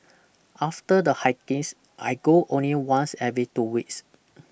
after the hikings I go only once every two weeks